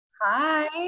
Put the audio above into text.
Hi